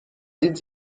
sind